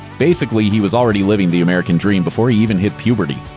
basically, he was already living the american dream before he even hit puberty.